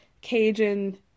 Cajun